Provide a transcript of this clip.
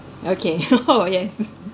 okay !oho! yes